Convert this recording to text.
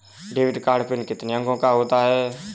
Debit card PIN कितने अंकों का होता है?